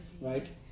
Right